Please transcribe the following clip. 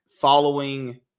following